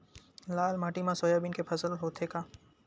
लाल माटी मा सोयाबीन के फसल होथे का?